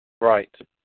Right